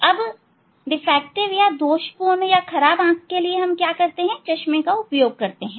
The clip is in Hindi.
अब दोषपूर्ण या खराब आंख के लिये हम चश्मे का उपयोग करते हैं